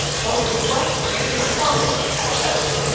both requests, and responses have headers,